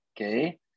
okay